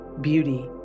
beauty